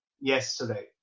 yesterday